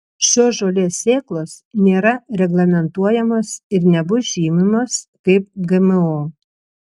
šios žolės sėklos nėra reglamentuojamos ir nebus žymimos kaip gmo